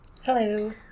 hello